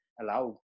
allow